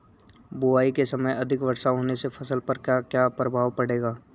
बुआई के समय अधिक वर्षा होने से फसल पर क्या क्या प्रभाव पड़ेगा?